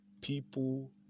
people